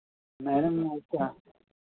madam